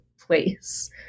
place